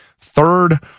third